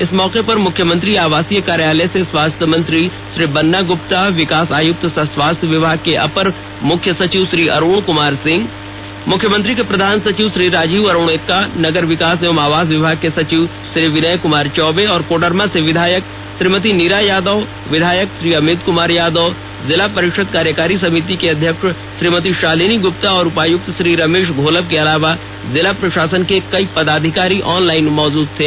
इस मौके पर मुख्यमंत्री आवासीय कार्यालय से स्वास्थ्य मंत्री श्री बन्ना गुप्ता विकास आयुक्त सह स्वास्थ्य विभाग के अपर मुख्य सचिव श्री अरुण कमार सिंह मुख्यमंत्री के प्रधान सचिव श्री राजीव अरुण एक्का नगर विकास एवं आवास विभाग के सचिव श्री विनय कुमार चौबे और कोडरमा से विधायक श्रीमती नीरा यादव विधायक श्री अमित कुमार यादव जिला परिषद कार्यकारी समिति की अध्यक्ष श्रीमती शालिनी गुप्ता और उपायुक्त श्री रमेश घोलप के अलावा जिला प्रशासन के कई पदाधिकारी ऑनलाइन मौजूद थे